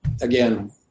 again